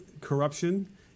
corruption